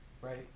right